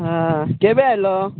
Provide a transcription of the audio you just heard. ଆଁ କେବେ ଆସିଲ